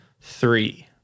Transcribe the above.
three